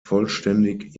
vollständig